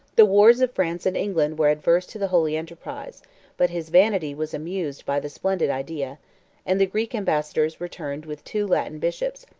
the wars of france and england were adverse to the holy enterprise but his vanity was amused by the splendid idea and the greek ambassadors returned with two latin bishops,